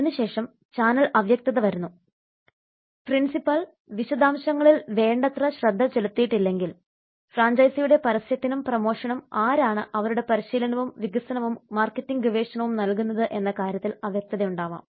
അതിനുശേഷം ചാനൽ അവ്യക്തത വരുന്നു പ്രിൻസിപ്പൽ വിശദാംശങ്ങളിൽ വേണ്ടത്ര ശ്രദ്ധ ചെലുത്തിയിട്ടില്ലെങ്കിൽ ഫ്രാഞ്ചൈസിയുടെ പരസ്യത്തിനും പ്രമോഷനും ആരാണ് അവരുടെ പരിശീലനവും വികസനവും മാർക്കറ്റിംഗ് ഗവേഷണവും നൽകുന്നത് എന്ന കാര്യത്തിൽ അവ്യക്തതയുണ്ടാകാം